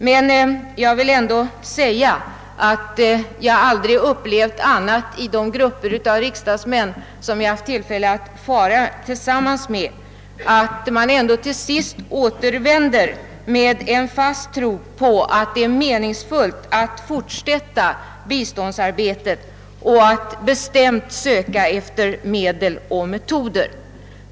Men jag vill ändå säga att jag aldrig upplevt annat i de grupper av riksdagsmän som jag rest tillsammans med än att man till sist återvänder med en fast tro på att det är meningsfullt att fortsätta biståndsarbetet och att bestämt söka efter medel och metoder.